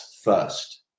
first